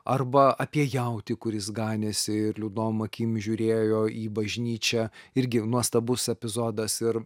arba apie jautį kuris ganėsi ir liūdnom akim žiūrėjo į bažnyčią irgi nuostabus epizodas ir